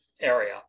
area